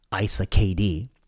ISA-KD